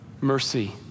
Mercy